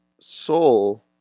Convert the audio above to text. soul